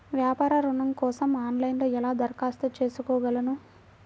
వ్యాపార ఋణం కోసం ఆన్లైన్లో ఎలా దరఖాస్తు చేసుకోగలను?